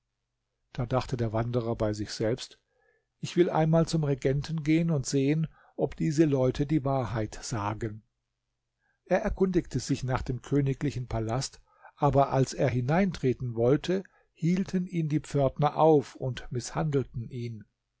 da dachte der wanderer bei sich selbst ich will einmal zum regenten gehen und sehen ob diese leute die wahrheit sagen er erkundigte sich nach dem königlichen palast aber als er hineintreten wollte hielten ihn die pförtner auf und mißhandelten ihn